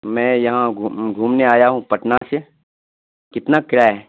میں یہاں گھو گھومنے آیا ہوں پٹنہ سے کتنا کرایہ ہے